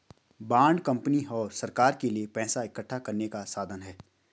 bond company और सरकार के लिए पैसा इकठ्ठा करने का साधन है